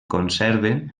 conserven